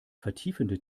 vertiefende